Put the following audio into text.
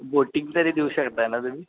boating तरी देऊ शकता ना तुम्ही